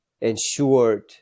ensured